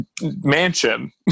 mansion